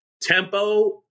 tempo